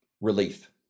Relief